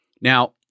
Now